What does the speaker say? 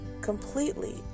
completely